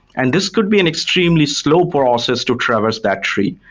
and this could be an extremely slow process to traverse that tree.